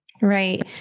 Right